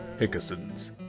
Hickerson's